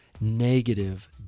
negative